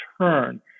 turn